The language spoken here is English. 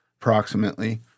approximately—